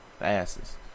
asses